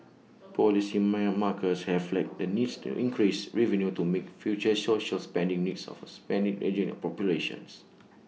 policymakers have flagged the need to increase revenue to meet future social spending needs of A spending ageing population